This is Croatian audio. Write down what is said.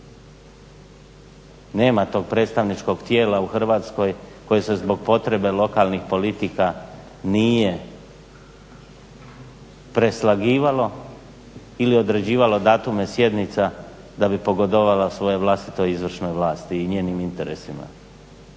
Nema tog predstavničkog tijela u Hrvatskoj koje se zbog potrebe lokalnih politika nije preslagivalo ili određivalo datume sjednica da bi pogodovalo svojoj vlastitoj izvršnoj vlasti i njenim interesima,